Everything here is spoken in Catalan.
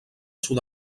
sud